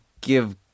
give